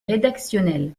rédactionnel